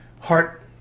heart